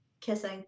Kissing